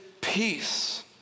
peace